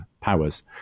powers